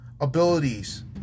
abilities